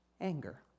anger